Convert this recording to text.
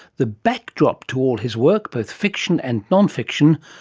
the backdrop to all his work both fiction and non-fiction,